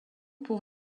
pour